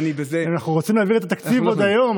אנחנו רוצים להעביר את התקציב עוד היום,